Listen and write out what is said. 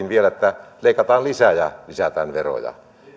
vielä että leikataan lisää ja lisätään veroja